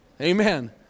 Amen